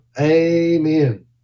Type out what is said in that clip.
Amen